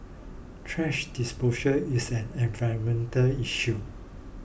thrash disposal is an environmental issue